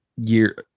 year